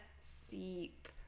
seep